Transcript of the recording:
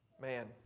man